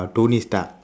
tony stark